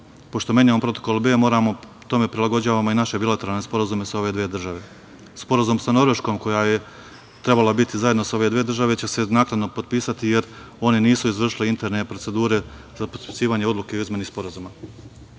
Pošto menjamo protokol B, tome prilagođavamo i naše bilateralne sporazume sa ove dve države. Sporazum sa Norveškom koja je trebala biti zajedno sa ove države će se značajno potpisati jer one nisu izvršile interne procedure za potpisivanje odluke o izmeni sporazuma. Kada